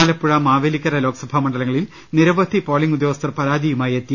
Alappuzha Mavelikara Lok Sabha മണ്ഡലങ്ങളിൽ നിരവധി polling ഉദ്യോ ഗസ്ഥർ പരാതിയുമായെത്തി